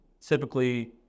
typically